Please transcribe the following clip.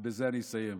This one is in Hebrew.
ובזה אני אסיים,